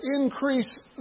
increase